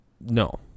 No